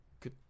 Good